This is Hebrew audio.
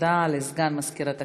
הודעה לסגן מזכירת הכנסת,